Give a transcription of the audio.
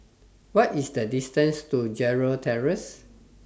What IS The distance to Gerald Terrace